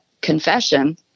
confession